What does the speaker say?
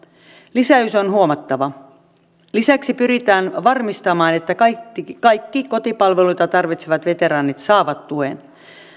lisäys on huomattava lisäksi pyritään varmistamaan että kaikki kaikki kotipalveluita tarvitsevat veteraanit saavat tuen